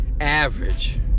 average